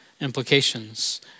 implications